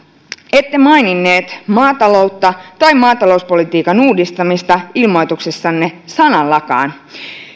ette maininnut maataloutta tai maatalouspolitiikan uudistamista ilmoituksessanne sanallakaan